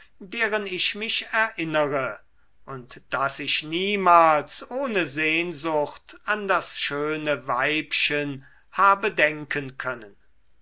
deren ich mich erinnere und daß ich niemals ohne sehnsucht an das schöne weibchen habe denken können